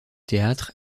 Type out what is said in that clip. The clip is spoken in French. théâtre